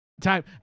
Time